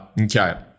Okay